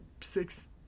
six